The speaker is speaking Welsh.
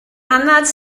anad